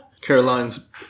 Caroline's